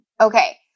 Okay